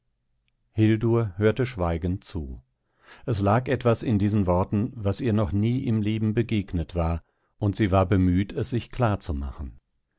hörte schweigend zu es lag etwas in diesen worten was ihr noch nie im leben begegnet war und sie war bemüht es sich klarzumachen weißt du